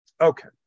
Okay